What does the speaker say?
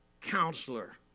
Counselor